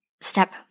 Step